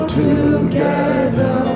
together